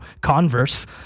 converse